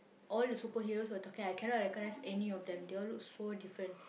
all the superheroes were talking I cannot recognise any of them they all look so different